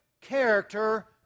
character